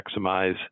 maximize